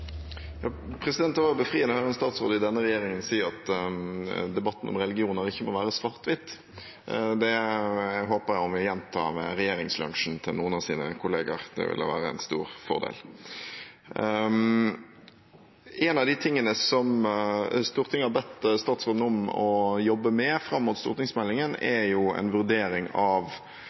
Det var befriende å høre en statsråd i denne regjeringen si at debatten om religioner ikke må være svart–hvitt. Det håper jeg hun vil gjenta ved regjeringslunsjen til noen av sine kollegaer. Det ville være en stor fordel. En av de tingene som Stortinget har bedt statsråden om å jobbe med fram mot stortingsmeldingen, er en vurdering av